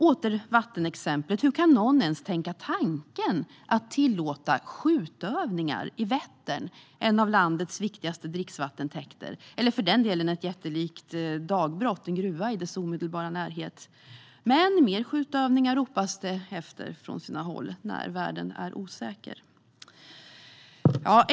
Åter vattenexemplet: Hur kan någon ens tänka tanken att tillåta skjutövningar i Vättern, en av landets viktigaste dricksvattentäkter, eller för den delen ett jättelikt dagbrott, en gruva, i dess omedelbara närhet? Men mer skjutövningar ropas det efter från sina håll när världen är osäker.